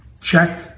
Check